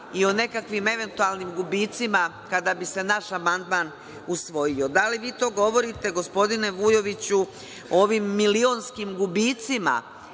i o nekakvim eventualnim gubicima kada bi se naš amandman usvojio. Da li vi to govorite gospodine Vujoviću, o ovim milionskim gubicima